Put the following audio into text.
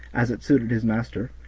as it suited his master,